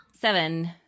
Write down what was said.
Seven